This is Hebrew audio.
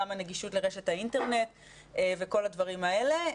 גם הנגישות לרשת האינטרנט וכל הדברים האלה,